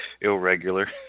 irregular